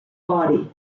body